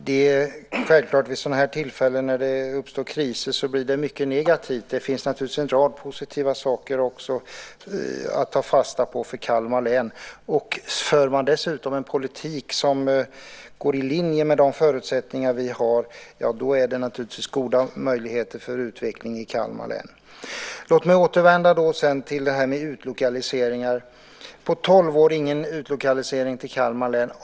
Herr talman! Vid sådana här kriser framkommer självklart mycket som är negativt. Det finns naturligtvis en rad positiva saker också att ta fasta på för Kalmar län. För man dessutom en politik som går i linje med de förutsättningar vi har finns naturligtvis goda möjligheter för utveckling i Kalmar län. Låt mig återvända till frågan om utlokaliseringar. På tolv år har det inte skett någon utlokalisering till Kalmar län.